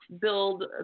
build